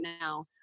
now